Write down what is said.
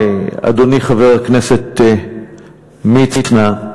אדוני חבר הכנסת מצנע,